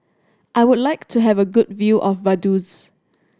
I would like to have a good view of Vaduz